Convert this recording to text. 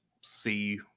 see